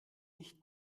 nicht